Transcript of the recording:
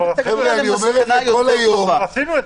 אנחנו לא שם.